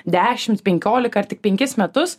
dešimt penkiolika ar tik penkis metus